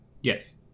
Yes